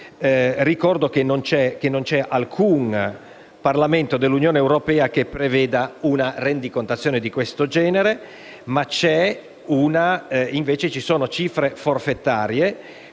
inoltre, che non c'è alcun Parlamento dell'Unione europea che preveda una rendicontazione di questo genere. Ci sono, invece, cifre forfetarie,